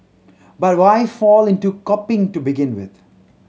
but why fall into copying to begin with